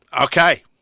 Okay